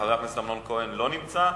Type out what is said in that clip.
חבר הכנסת אמנון כהן לא נמצא,